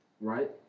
right